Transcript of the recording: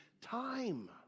time